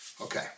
Okay